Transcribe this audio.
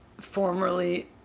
formerly